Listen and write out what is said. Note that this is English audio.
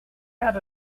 had